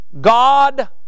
God